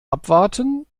abwarten